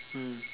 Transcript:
mm